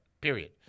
Period